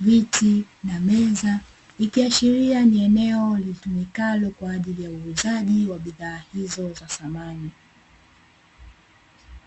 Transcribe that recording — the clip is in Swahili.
,viti na meza ikiashiria ni eneo litumikalo kwaajili uuzaji wa bidhaa hizo za samani.